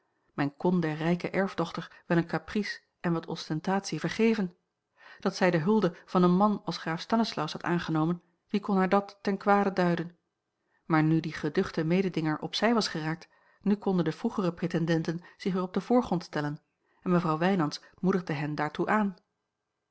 men kon der rijke erfdochter wel een caprice en wat ostentatie vergeven dat zij de hulde van een man als graaf stanislaus had aangenomen wie kon haar dat ten kwade duiden maar nu die geduchte mededinger op zij was geraakt nu konden de vroegere pretendenten zich weer op den voorgrond stellen en mevrouw wijnands moedigde hen daartoe aan